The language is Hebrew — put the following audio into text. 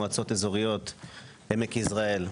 מועצות אזוריות עמק יזרעאל,